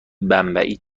بمبئی